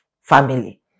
family